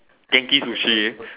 genki sushi